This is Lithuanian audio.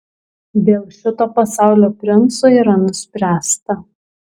dėl šito pasaulio princo yra nuspręsta